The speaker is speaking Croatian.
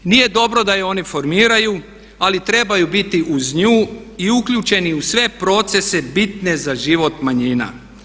Nije dobro da je oni formiraju, ali trebaju biti uz nju i uključeni u sve procese bitne za život manjina.